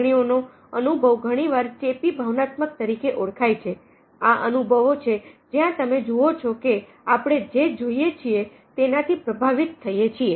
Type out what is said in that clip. લાગણીઓનો અનુભવ ઘણીવાર ચેપી ભાવનાત્મક તરીકે ઓળખાય છે આ અનુભવો છે જ્યાં તમે જુઓ છો કે આપણે જે જોઈએ છીએ તેનાથી પ્રભાવિત થઈએ છીએ